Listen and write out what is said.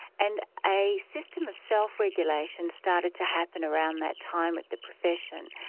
and a system of self regulation started to happen around that time at the profession,